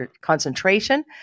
concentration